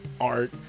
art